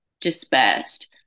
dispersed